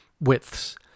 widths